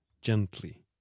gently